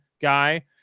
guy